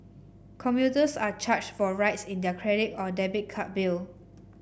commuters are charged for rides in their credit or debit card bill